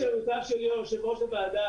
--- יושב-ראש הוועדה,